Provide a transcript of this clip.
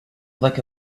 like